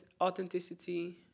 authenticity